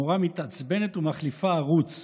המורה מתעצבנת ומחליפה ערוץ.